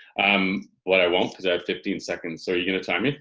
um but i won't because i have fifteen seconds. so are you gonna time me?